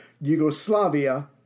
Yugoslavia